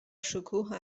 شکوه